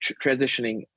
transitioning